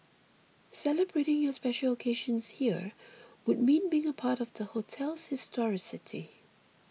celebrating your special occasions here would mean being a part of the hotel's historicity